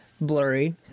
Blurry